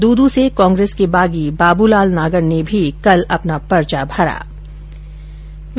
दूदू से कांग्रेस के बागी बाबू लाल नागर ने भी कल अपना पर्चा दाखिल किया